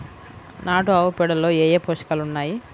నాటు ఆవుపేడలో ఏ ఏ పోషకాలు ఉన్నాయి?